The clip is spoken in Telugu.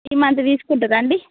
ఈ మంత్ తీసుకుంటారా అండి